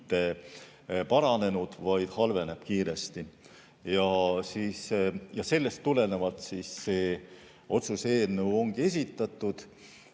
paranenud, vaid halveneb kiiresti. Ja sellest tulenevalt see otsuse eelnõu ongi esitatud.